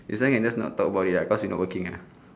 this one can just not talk about it lah cause you not working ah